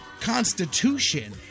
constitution